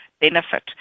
benefit